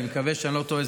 אני מקווה שאני לא טועה,